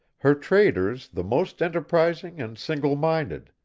her traders the most enterprising and single-minded,